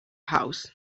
house